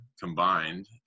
combined